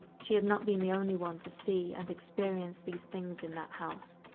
she had not been the only one to see and experience these things in that house.